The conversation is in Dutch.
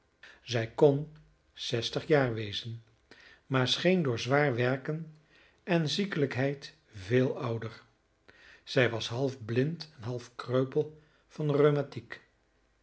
zij kon zestig jaar wezen maar scheen door zwaar werken en ziekelijkheid veel ouder zij was half blind en half kreupel van